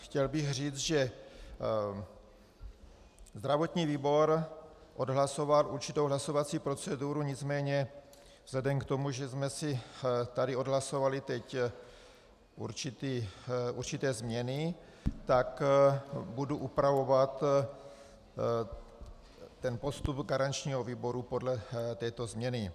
Chtěl bych říct, že zdravotní výbor odhlasoval určitou hlasovací proceduru, nicméně vzhledem k tomu, že jsme si tady odhlasovali teď určité změny, tak budu upravovat postup garančního výboru podle této změny.